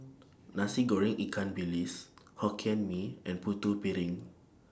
Nasi Goreng Ikan Bilis Hokkien Mee and Putu Piring